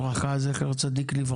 ז"ל,